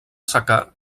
secà